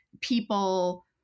people